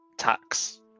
Tax